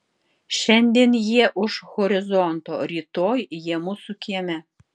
šiandien jie už horizonto rytoj jie mūsų kieme